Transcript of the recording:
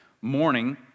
morning